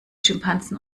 schimpansen